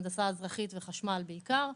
הנדסה אזרחית וחשמל בעיקר.